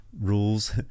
Rules